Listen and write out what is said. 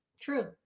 True